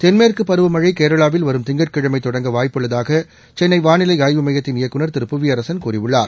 தென்மேற்குபருவமழைகேரளாவில் திங்கட்கிழமைதொடங்க வரும் வாய்ப்பு உள்ளதாகசென்னைவானிலைஆய்வு மையத்தின் இயக்குநர் திரு புவியரசன் கூறியுள்ளார்